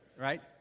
Right